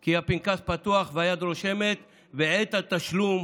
כי הפנקס פתוח והיד רושמת, ועת התשלום